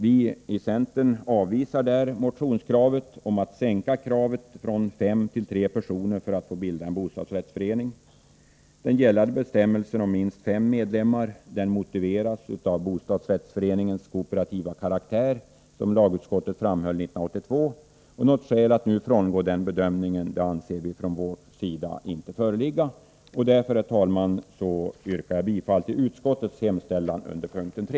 Vi i centern avvisar där motionskravet om att man skall sänka kravet från fem till tre personer för att få bilda en bostadsrättsförening. Den gällande bestämmelsen om minst fem medlemmar motiveras av bostadsrättsföreningens kooperativa karaktär, såsom lagutskottet framhöll 1982. Något skäl att nu frångå den bedömningen anser vi från centerns sida inte föreligga, varför jag, herr talman, vill yrka bifall till utskottets hemställan under mom. 3.